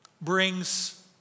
brings